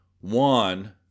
one